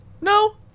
No